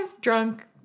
drunk